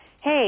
Hey